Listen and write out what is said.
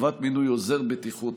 חובת מינוי עוזר בטיחות,